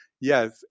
Yes